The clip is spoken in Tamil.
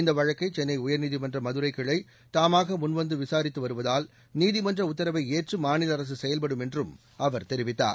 இந்த வழக்கை சென்னை உயர்நீதிமன்ற மதுரைக் கிளை தாமாக முன்வந்து விசாரித்து வருவதால் நீதிமன்ற உத்தரவை ஏற்று மாநில அரசு செயல்படும் என்றும் அவர் தெரிவித்தார்